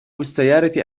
بالسيارة